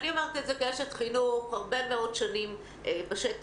אני אומרת את זה כאשת חינוך הרבה מאוד שנים בשטח.